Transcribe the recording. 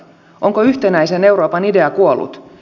onko yhtenäisen euroopan idea kuollut